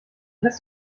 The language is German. rest